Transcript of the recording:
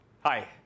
Hi